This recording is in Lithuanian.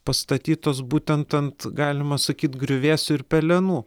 pastatytos būtent ant galima sakyt griuvėsių ir pelenų